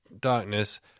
darkness